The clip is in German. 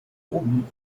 oben